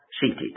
seated